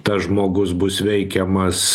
tas žmogus bus veikiamas